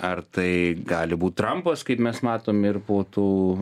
ar tai gali būt trampas kaip mes matom ir po tų